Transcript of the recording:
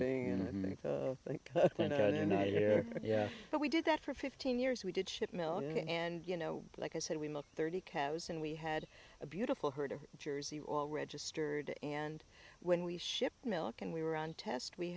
being in the mix i think yeah but we did that for fifteen years we did ship million and you know like i said we looked thirty cows and we had a beautiful herd of jersey all registered and when we ship milk and we were on test we